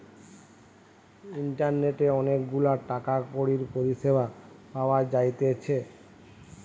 ইন্টারনেটে অনেক গুলা টাকা কড়ির পরিষেবা পাওয়া যাইতেছে